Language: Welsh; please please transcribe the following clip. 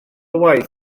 waith